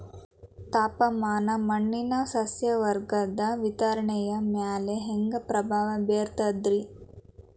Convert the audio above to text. ತಾಪಮಾನ ಮಣ್ಣಿನ ಸಸ್ಯವರ್ಗದ ವಿತರಣೆಯ ಮ್ಯಾಲ ಹ್ಯಾಂಗ ಪ್ರಭಾವ ಬೇರ್ತದ್ರಿ?